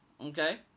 Okay